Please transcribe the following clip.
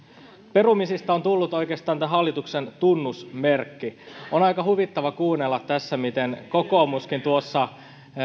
perumisista on tullut oikeastaan tämän hallituksen tunnusmerkki on aika huvittavaa kuunnella tässä kun kokoomuskin tuossa